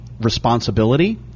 responsibility